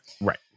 Right